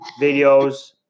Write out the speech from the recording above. videos